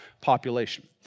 population